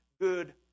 good